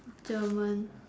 German